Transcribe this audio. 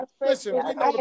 listen